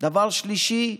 דבר שלישי,